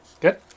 Good